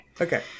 okay